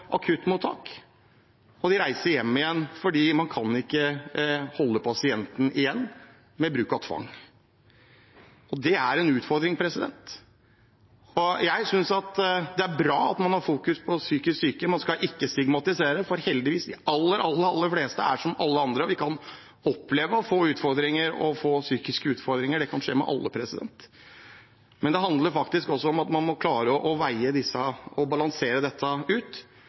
akuttmottak – og de reiser hjem igjen, fordi man ikke kan holde pasienten igjen med bruk av tvang. Det er en utfordring. Jeg synes det er bra at man fokuserer på psykisk syke. Man skal ikke stigmatisere, for heldigvis er de aller, aller fleste som alle andre. Vi kan oppleve å få psykiske utfordringer, det kan skje med alle, men det handler faktisk også om at man må klare å